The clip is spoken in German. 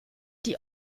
die